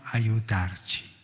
aiutarci